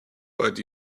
but